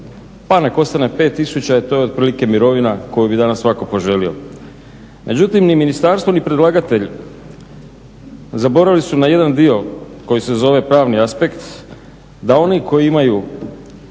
pa nek ostane 5000 i to je otprilike mirovina koju bi danas svatko poželio. Međutim, i ministarstvo i predlagatelj zaboravili su na jedan dio koji se zove pravni aspekt da oni koji imaju